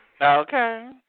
Okay